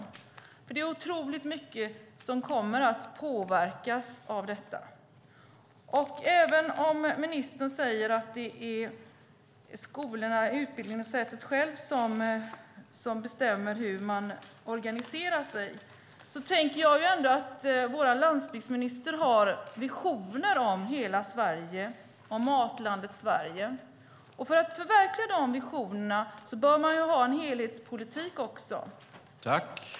Det är nämligen otroligt mycket som kommer att påverkas av detta. Även om ministern säger att det är utbildningssätet självt som bestämmer hur det organiserar sig tänker jag ändå att vår landsbygdsminister har visioner om hela Sverige och om Matlandet Sverige. För att förverkliga dessa visioner bör man ha en helhetspolitik.